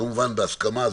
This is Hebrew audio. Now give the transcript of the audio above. כמובן בהסכמה,